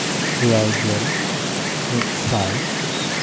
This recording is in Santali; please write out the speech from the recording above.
ᱮᱭᱟᱭ ᱜᱮᱞ ᱢᱤᱫ ᱥᱟᱭ